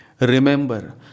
Remember